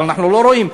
אבל אנחנו לא רואים.